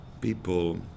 people